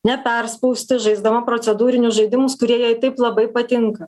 neperspausti žaisdama procedūrinius žaidimus kurie jai taip labai patinka